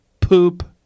poop